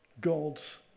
God's